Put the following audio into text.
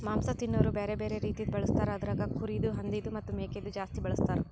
ಮಾಂಸ ತಿನೋರು ಬ್ಯಾರೆ ಬ್ಯಾರೆ ರೀತಿದು ಬಳಸ್ತಾರ್ ಅದುರಾಗ್ ಕುರಿದು, ಹಂದಿದು ಮತ್ತ್ ಮೇಕೆದು ಜಾಸ್ತಿ ಬಳಸ್ತಾರ್